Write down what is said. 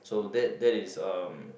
so that that is uh